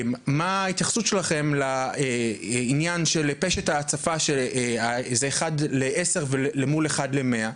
מה ההתייחסות שלכם לעניין של פשט ההצפה שזה אחד ל-10 מול אחד ל-100.